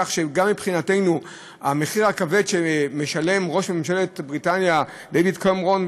שגם מבחינתנו המחיר הכבד שמשלם ראש ממשלת בריטניה דייוויד קמרון,